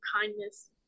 kindness